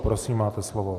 Prosím, máte slovo.